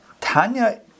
Tanya